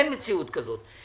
אין מציאות כזאת.